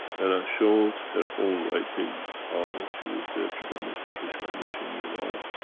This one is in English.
and i showed her own writing, how she was there to damage the keshe foundation iran.